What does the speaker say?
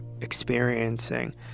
experiencing